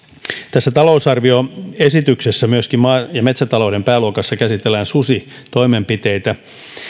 tässä talousarvioesityksessä maa ja metsätalouden pääluokassa käsitellään myöskin susitoimenpiteitä